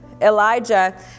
Elijah